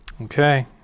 okay